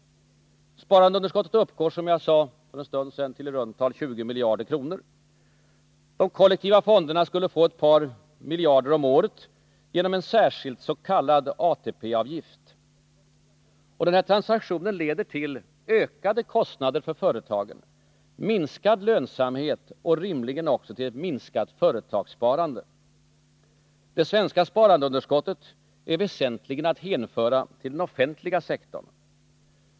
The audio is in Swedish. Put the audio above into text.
Sparandeunderskottet uppgår — som jag sade för en stund sedan — till i runt tal 20 miljarder kronor. De kollektiva fonderna skulle få ett par miljarder om året genom en särskild s.k. ATP-avgift. Och den transaktionen leder till ökade kostnader för företagen, minskad lönsamhet och rimligen också till ett minskat företagssparande. Det svenska sparandeunderskottet är väsentligen att hänföra till den offentliga sektorn.